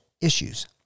issues